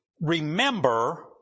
Remember